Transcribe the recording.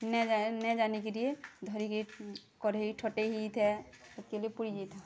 ନାଇଁ ଜାନି ନାଇଁ ଜାନିକରି ଧରିକି କଢ଼େଇ ଛଟେଇ ହେଇଥାଏ ଆଉ ତେଲ ପୋଡ଼ି ଯେଇଥାଏ